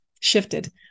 shifted